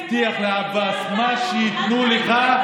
הבטיח לעבאס: מה שייתנו לך,